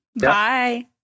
Bye